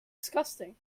disgusting